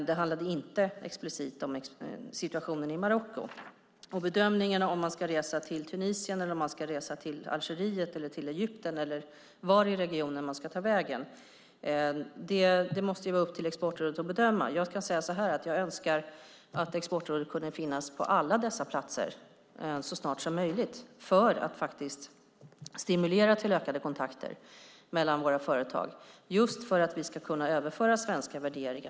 Det handlade inte explicit om situationen i Marocko. Bedömningen av om man ska resa till Tunisien, till Algeriet, till Egypten eller vart i regionen man ska ta vägen måste vara upp till Exportrådet att göra. Jag kan säga att jag önskar att Exportrådet kunde finnas på alla dessa platser så snart som möjligt för att stimulera ökade kontakter mellan våra företag och just för att vi ska kunna överföra våra svenska värderingar.